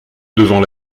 devant